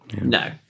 No